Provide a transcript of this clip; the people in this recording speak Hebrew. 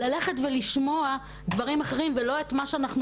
ללכת ולשמוע דברים אחרים ולא את מה שאנחנו